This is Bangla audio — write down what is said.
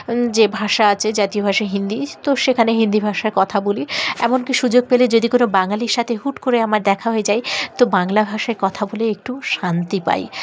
যে ভাষা আছে জাতীয় ভাষা হিন্দি তো সেখানে হিন্দি ভাষায় কথা বলি এমনকি সুযোগ পেলে যদি কোনো বাঙালির সাথে হুট করে আমার দেখা হয়ে যায় তো বাংলা ভাষায় কথা বলে একটু শান্তি পাই